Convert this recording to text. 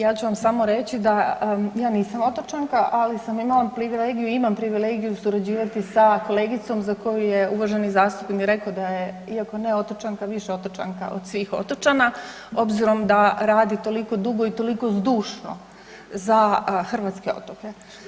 Ja ću vam samo reći da ja nisam otočanaka, ali sam imala privilegiju i imam privilegiju surađivati sa kolegicom za koju je uvaženi zastupnik rekao da je iako ne otočanka više otočanka od svih otočana, obzirom da radi toliko dugo i toliko zdušno za hrvatske otoke.